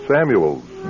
Samuels